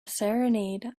serenade